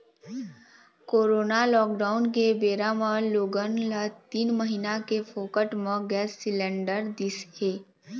corona lockdown के बेरा म लोगन ल तीन महीना ले फोकट म गैंस सिलेंडर दिस हे